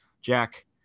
Jack